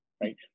Right